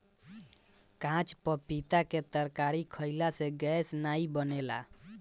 काच पपीता के तरकारी खयिला से गैस नाइ बनेला